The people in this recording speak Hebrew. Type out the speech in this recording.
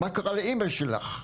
מה קרה לאמא שלך?